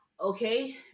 Okay